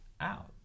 out